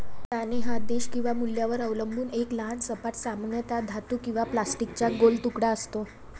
नाणे हा देश किंवा मूल्यावर अवलंबून एक लहान सपाट, सामान्यतः धातू किंवा प्लास्टिकचा गोल तुकडा असतो